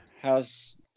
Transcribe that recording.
How's